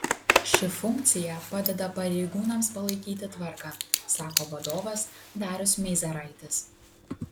ši funkcija padeda pareigūnams palaikyti tvarką sako vadovas darius meizeraitis